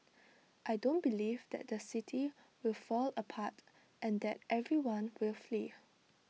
I don't believe that the city will fall apart and that everyone will flee